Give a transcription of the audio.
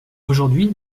aujourd’hui